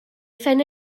phen